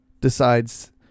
decides